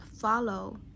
follow